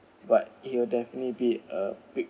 but it'll definitely be a bit